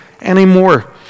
anymore